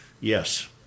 Yes